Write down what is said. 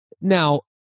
Now